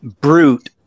brute